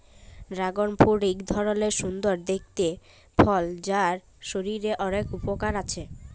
dragon fruit এক ধরলের সুন্দর দেখতে ফল যার শরীরের অলেক উপকার আছে